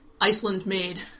Iceland-made